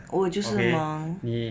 我就是忙